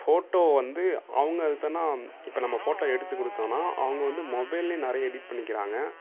photo வந்து அவங்க இப்பலாம் இப்போ நம்ம ஃபோட்டோ எடுத்து கொடுத்தோன்னா அவங்க வந்து மொபைல்லேயே நிறைய எடிட் பண்ணிக்கிறாங்க